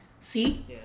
See